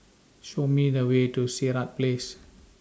Show Me The Way to Sirat Place